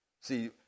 See